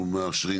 אפשר,